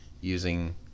using